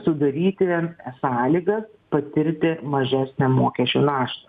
sudaryti sąlygas patirti mažesnę mokesčių naštą